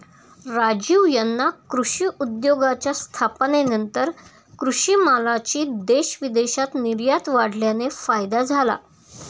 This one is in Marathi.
राजीव यांना कृषी उद्योगाच्या स्थापनेनंतर कृषी मालाची देश विदेशात निर्यात वाढल्याने फायदा झाला